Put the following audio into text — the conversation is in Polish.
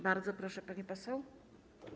Bardzo proszę, pani poseł.